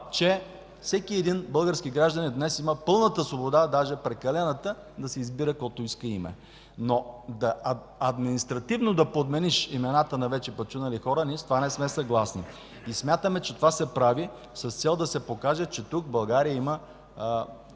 че всеки един български гражданин днес има пълната свобода – даже прекалената, да си избира каквото име иска. Но административно да подмениш имената на вече починали хора, ние не сме съгласни с това. Смятаме, че то се прави с цел да се покаже, че тук, в България, има